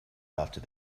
after